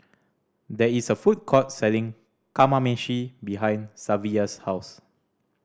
there is a food court selling Kamameshi behind Savilla's house